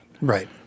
Right